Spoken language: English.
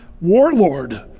warlord